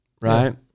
right